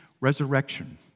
resurrection